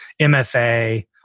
MFA